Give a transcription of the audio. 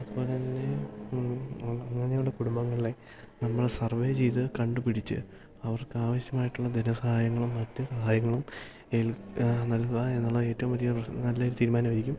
അതുപോലെ തന്നെ അങ്ങനെയുള്ള കുടുംബങ്ങളിലെ നമ്മള് സർവേ ചെയ്ത് കണ്ടുപിടിച്ച് അവർക്ക് ആവശ്യമായിട്ടുള്ള ധനസഹായങ്ങളും മറ്റു സഹായങ്ങളും എൽ നൽകുക എന്നുള്ള ഏറ്റവും വലിയ നല്ലൊരു തീരുമാനമായിരിക്കും